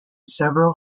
several